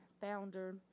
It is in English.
founder